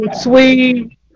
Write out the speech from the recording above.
sweet